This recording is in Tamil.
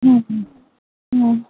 ம் ம் ம்